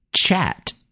chat